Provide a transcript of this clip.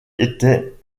était